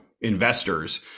investors